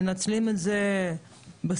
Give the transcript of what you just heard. מנצלים את זה בשכר,